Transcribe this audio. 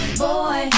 boy